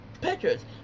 pictures